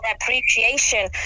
appreciation